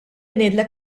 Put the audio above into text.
ngħidlek